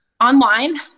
Online